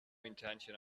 intention